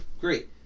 great